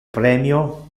premio